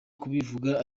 kubivuga